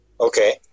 Okay